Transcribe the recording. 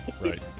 Right